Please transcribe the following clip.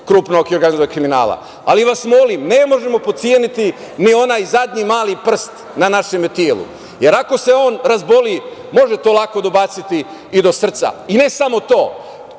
krupnog i organizovanog kriminala. Molim vas, ne možemo potceniti ni onaj zadnji mali prst na našem telu, jer ako se on razboli, može to lako dobaciti i do srca. I ne samo to.